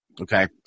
okay